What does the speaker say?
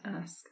ask